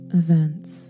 events